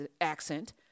accent